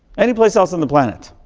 any place else on the planet.